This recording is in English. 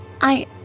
I